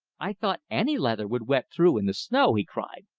i thought any leather would wet through in the snow! he cried.